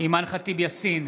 אימאן ח'טיב יאסין,